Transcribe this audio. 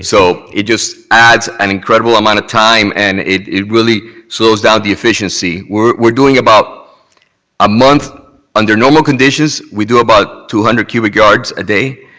so it just adds an incredible amount of time and it it really slows down the efficiency. we're we're doing about a month under normal conditions we do about two hundred cubic yards a day.